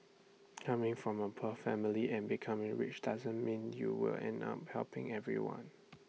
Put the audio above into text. coming from A poor family and becoming rich doesn't mean you will end up helping everyone